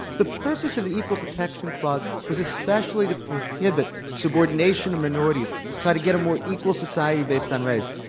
the purpose of the equal protection clause was especially to prohibit subordination of minorities, try to get a more equal society based on race.